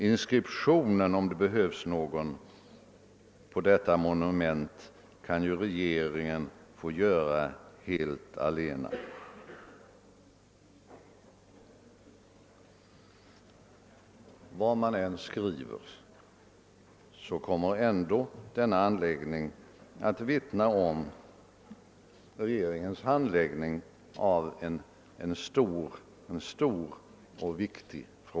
Inskriptionen — om det behövs någon — på detta monument kan regeringen få bestämma helt allena. Vad man än skriver kommer ändå denna anläggning att vittna om regeringens handläggning av en stor och viktig frå